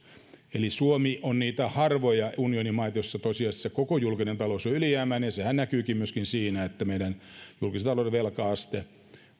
eli suomi on niitä harvoja unionimaita joissa tosiasiassa koko julkinen talous on ylijäämäinen ja sehän näkyykin myöskin siinä että meidän julkisen talouden velka aste